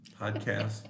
podcast